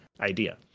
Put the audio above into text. idea